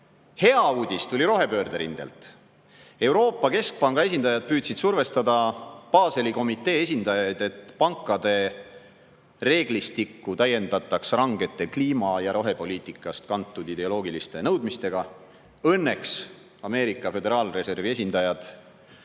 uudis tuli rohepöörde rindelt. Euroopa Keskpanga esindajad püüdsid survestada Baseli komitee esindajaid, et pankade reeglistikku täiendataks rangete kliima‑ ja rohepoliitikast kantud ideoloogiliste nõudmistega. Õnneks Ameerika Föderaalreservi esindajad